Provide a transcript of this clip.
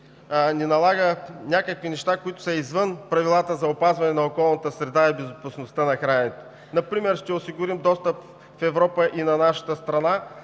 не налага някакви неща, които са извън правилата, за опазване на околната среда и безопасността на храненето. Например ще осигурим достъп в Европа и на нашата страна